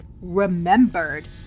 remembered